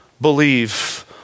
believe